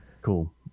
cool